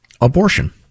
abortion